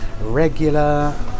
regular